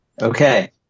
Okay